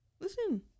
Listen